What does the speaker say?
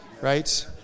Right